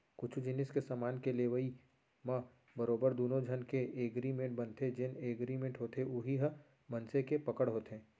कुछु जिनिस के समान के लेवई म बरोबर दुनो झन के एगरिमेंट बनथे जेन एगरिमेंट होथे उही ह मनसे के पकड़ होथे